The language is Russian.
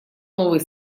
новый